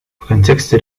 контексте